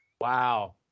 wow